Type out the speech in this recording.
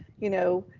you know,